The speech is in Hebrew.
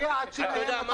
היעד שלהן,